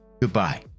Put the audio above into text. Goodbye